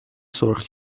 سرخ